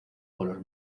color